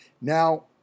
Now